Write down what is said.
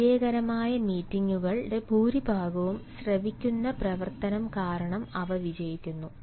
വിജയകരമായ മീറ്റിംഗുകളിൽ ഭൂരിഭാഗവും ശ്രവിക്കുന്ന പ്രവർത്തനം കാരണം അവ വിജയിക്കുന്നു